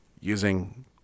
using